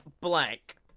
blank